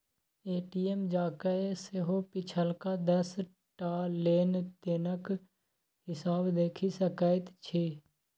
ATM जाकए सेहो पिछलका दस टा लेन देनक हिसाब देखि सकैत छी